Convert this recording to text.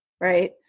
right